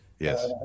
Yes